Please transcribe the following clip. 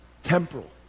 temporal